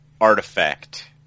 artifact